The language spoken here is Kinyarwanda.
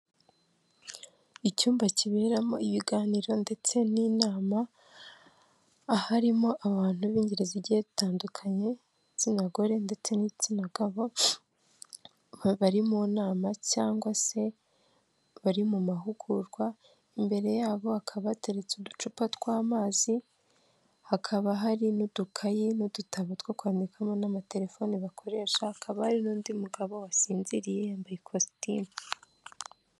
Icyumba kiberamo ibiganiro ndetse n'inama aharimo abantu b'ingeri zigiiye zitandukanye igitsina gore ndetse n'igitsina gabo, bari mu nama cyangwa se bari mu mahugurwa, imbere yabo hakaba hateretse uducupa tw'amazi hakaba hari n'udukayi n'udutabo two kwandikamo n'amatelefoni bakoresha hakaba hari n'undi mugabo wasinziriye yambaye ikositimu.